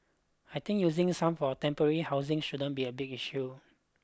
I think using some for temporary housing shouldn't be a big issue